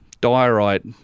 diorite